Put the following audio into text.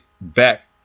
back